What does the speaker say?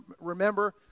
remember